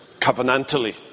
covenantally